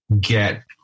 get